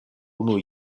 unu